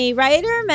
writer